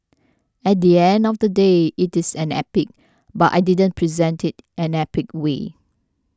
at the end of the day it is an epic but I didn't present it in an epic way